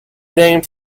named